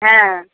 हँ